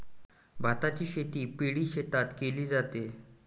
भाताची शेती पैडी शेतात केले जाते